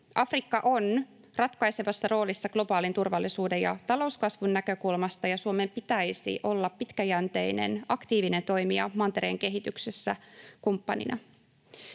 Afrikka on ratkaisevassa roolissa globaalin turvallisuuden ja talouskasvun näkökulmasta, ja Suomen pitäisi olla pitkäjänteinen, aktiivinen toimija mantereen kehityksessä kumppanina.